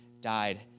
died